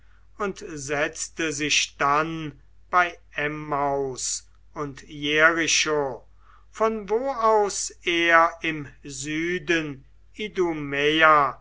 und setzte sich dann bei emmaus und jericho von wo aus er im süden